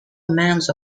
amounts